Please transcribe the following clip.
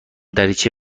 دریچه